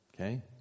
Okay